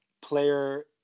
player